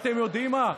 אתם יודעים מה,